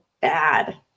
bad